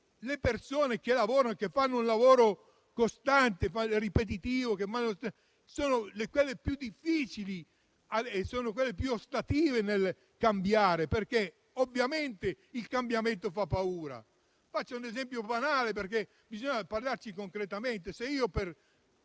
le persone che fanno un lavoro ripetitivo sono le più difficili e le più ostili al cambiamento, perché, ovviamente, il cambiamento fa paura. Faccio un esempio banale, perché bisogna parlarci concretamente.